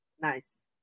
Nice